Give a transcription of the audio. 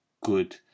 good